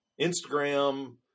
Instagram